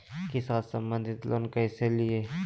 किसान संबंधित लोन कैसै लिये?